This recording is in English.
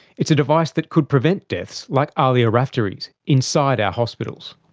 it's a device that could prevent deaths like ahlia raftery's inside our hospitals.